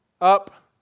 Up